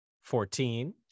fourteen